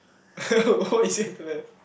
what do you say to that